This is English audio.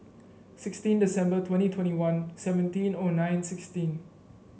sixteen December twenty twenty one seventeen O nine sixteen